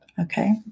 Okay